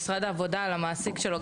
למשרד העבודה ומגישים תלונה על המעסיק שלהם?